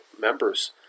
members